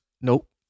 Nope